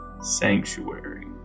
sanctuary